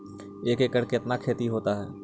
एक एकड़ कितना खेति होता है?